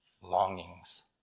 longings